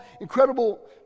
incredible